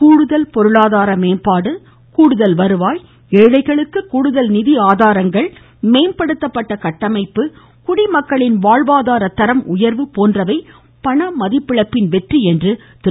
கூடுதல் பொருளாதார மேம்பாடு கூடுதல் வருவாய் ஏழைகளுக்கு கூடுதல் நிதி ஆதாரங்கள் மேம்படுத்தப்பட்ட கட்டமைப்பு குடிமக்களின் வாழ்வாதார தரம் உயர்வு மதிப்பிழப்பின் வெற்றி என்று திரு